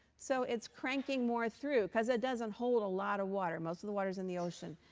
so it's cranking more through, because it doesn't hold a lot of water. most of the water is in the ocean.